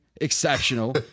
exceptional